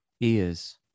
ears